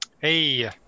Hey